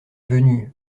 venu